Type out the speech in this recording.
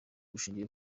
bushingiye